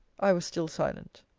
i was still silent.